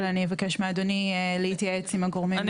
אבל אני אבקש מאדוני להתייעץ עם הגורמים מעליי.